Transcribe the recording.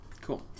cool